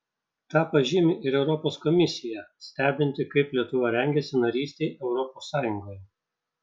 tą pažymi ir europos komisija stebinti kaip lietuva rengiasi narystei europos sąjungoje